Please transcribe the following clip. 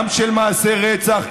גם של מעשי רצח,